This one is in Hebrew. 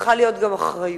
צריכה להיות גם אחריות.